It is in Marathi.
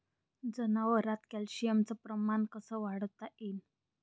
जनावरात कॅल्शियमचं प्रमान कस वाढवता येईन?